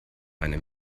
eine